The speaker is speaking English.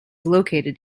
located